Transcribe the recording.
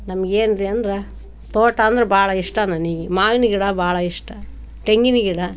ನಮ್ಗೇನು ರೀ ಅಂದ್ರೆ ತೋಟ ಅಂದ್ರೆ ಭಾಳ ಇಷ್ಟ ನನಗೆ ಮಾವಿನ ಗಿಡ ಭಾಳ ಇಷ್ಟ ತೆಂಗಿನ ಗಿಡ